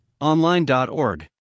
online.org